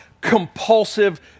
compulsive